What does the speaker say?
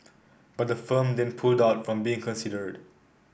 but the firm then pulled out from being considered